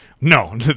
No